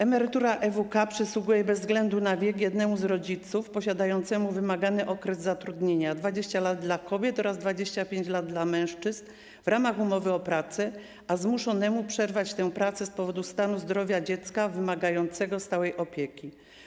Emerytura EWK przysługuje bez względu na wiek jednemu z rodziców posiadającemu wymagany okres zatrudnienia - 20 lat dla kobiet oraz 25 lat dla mężczyzn - w ramach umowy o pracę, a zmuszonemu przerwać tę pracę z powodu stanu zdrowia dziecka wymagającego stałej opieki.